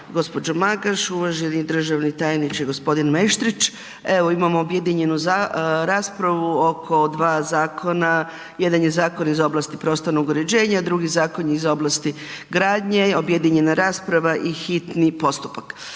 gđo. Magaš, uvaženi državni tajniče g. Meštrić. Evo imamo objedinjenu raspravu oko dva zakona, jedan je zakon iz oblasti prostornog uređenja a drugi zakon je iz oblasti gradnje, objedinjena rasprava i hitno postupak.